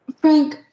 Frank